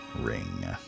ring